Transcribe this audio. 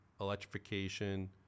electrification